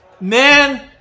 man